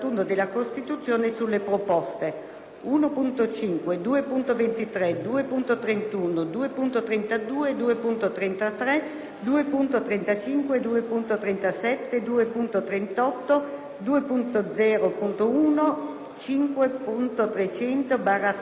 1.5, 2.23, 2.31, 2.32, 2.33, 2.35, 2.37, 2.38, 2.0.1, 5.300/3 (limitatamente alla lettera